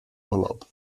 urlaub